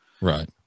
Right